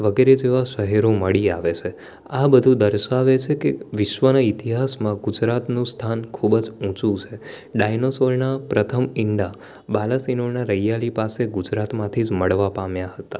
વગેરે જેવા શહેરો મળી આવે છે આ બધું દર્શાવે છે કે વિશ્વના ઈતિહાસમાં ગુજરાતનું સ્થાન ખૂબ જ ઊંચું છે ડાયનાસોરનાં પ્રથમ ઈંડા બાલાસિનોરનાં રૈયાલી પાસે ગુજરાતમાંથી જ મળવા પામ્યાં હતાં